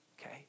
Okay